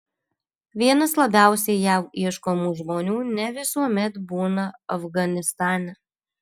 vienas labiausiai jav ieškomų žmonių ne visuomet būna afganistane